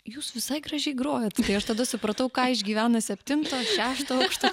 jūs visai gražiai grojat tai tada supratau ką išgyvena septinto šešto aukšto